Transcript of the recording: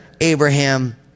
Abraham